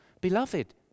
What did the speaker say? beloved